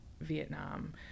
Vietnam